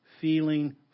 feeling